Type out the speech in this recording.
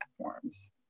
platforms